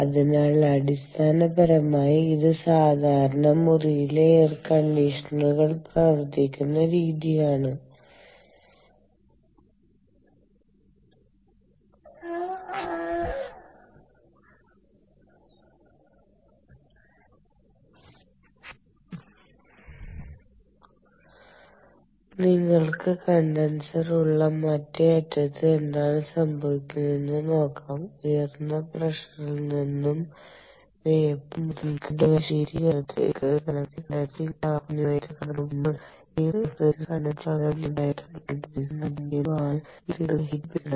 അതിനാൽ അടിസ്ഥാനപരമായി ഇത് സാധാരണ മുറിയിലെ എയർകണ്ടീഷണറുകൾ പ്രവർത്തിക്കുന്ന രീതിയാണ് നിങ്ങൾക്ക് കണ്ടൻസർ ഉള്ള മറ്റേ അറ്റത്ത് എന്താണ് സംഭവിക്കുന്നത് എന്ന് നോകാം ഉയർന്ന പ്രഷറിൽ നിന്നും വേപ്പർ മുതൽ ലിക്വിഡ് വരെ ശീതീകരണത്തെ കണ്ടെൻസിങ് ഈ താപ വിനിമയത്തിലൂടെ കടന്നുപോകുമ്പോൾ റഫ്രിജറന്റ് കണ്ടെൻസിങ് പകരം ലിക്വിഡ് ആയോ തണുത്ത ലിക്വിഡയോ ഉപയോഗിക്കുന്ന അതേ ആംബിയന്റ് വായുവാണ് ഇത് എടുക്കുന്ന ഹീറ്റ് ഉപേക്ഷിക്കുന്നത്